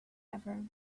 ever